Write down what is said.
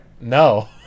No